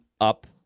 up